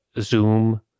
Zoom